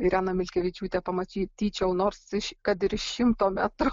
ireną milkevičiūtę pamatyčiau nors iš kad ir iš šimto metrų